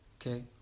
Okay